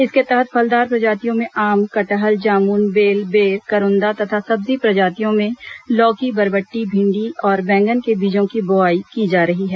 इसके तहत फलदार प्रजातियों में आम कटहल जामुन बेल बेर करोंदा तथा सब्जी प्रजातियों में लौकी बरबट्टी भिण्डी और बैगन के बीजों की बोआई की जा रही है